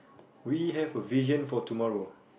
we have a vision for tomorrow